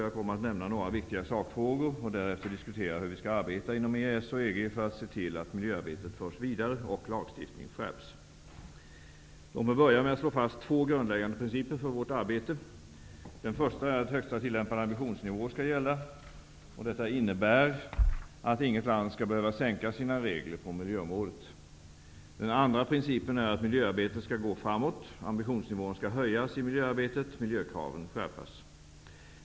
Jag kommer att nämna några viktiga sakfrågor och därefter diskutera hur vi skall arbeta inom EES och EG för att se till att miljöarbetet förs vidare och lagstiftningen skärps. Låt mig börja med att slå fast två grundläggande principer för vårt arbete. Den första är att högsta tillämpade ambitionsnivå skall gälla. Detta innebär att inget land skall behöva sänka sina regler på miljöområdet. Den andra principen är att miljöarbetet skall gå framåt. Ambitionsnivån i miljöarbetet skall höjas och miljökraven skärpas.